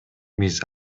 биз